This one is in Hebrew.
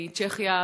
מצ'כיה.